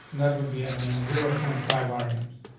that would be it on no zero point five volumes.